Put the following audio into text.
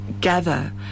gather